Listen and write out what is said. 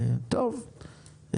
טוב,